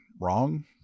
wrong